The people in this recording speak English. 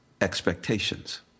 expectations